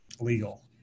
legal